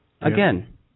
Again